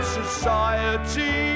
society